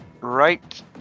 right